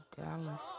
Dallas